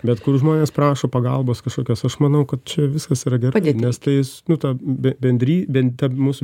bet kur žmonės prašo pagalbos kažkokios aš manau kad čia viskas yra gerai nes tai jis nu ta be bendry ben ta mūsų